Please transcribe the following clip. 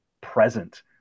present